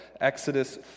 Exodus